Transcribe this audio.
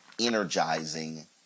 energizing